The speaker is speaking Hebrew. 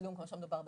תשלום כמו בסעיף 5,